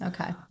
Okay